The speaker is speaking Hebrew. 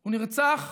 הוא נרצח